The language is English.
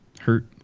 hurt